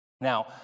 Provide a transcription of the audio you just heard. Now